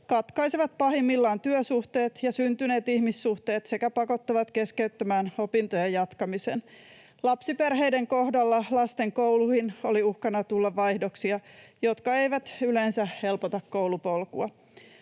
katkaisevat pahimmillaan työsuhteet ja syntyneet ihmissuhteet sekä pakottavat keskeyttämään opintojen jatkamisen. Lapsiperheiden kohdalla lasten kouluihin oli uhkana tulla vaihdoksia, jotka eivät yleensä helpota koulupolkua.